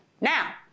now